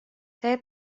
saya